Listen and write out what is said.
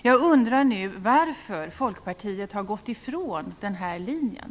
Jag undrar nu varför Folkpartiet har gått ifrån den här linjen.